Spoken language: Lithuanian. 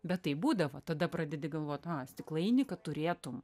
bet taip būdavo tada pradedi galvot aha stiklainį kad turėtum